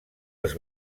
els